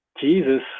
Jesus